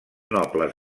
nobles